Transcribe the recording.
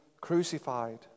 crucified